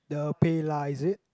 the PayLah is it